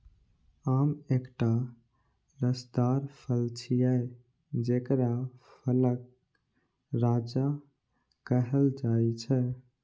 आम एकटा रसदार फल छियै, जेकरा फलक राजा कहल जाइ छै